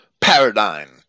paradigm